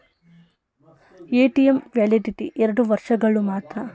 ATM validity ಎರಡು ವರ್ಷಗಳು ಮಾತ್ರ